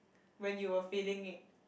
when you were feeling it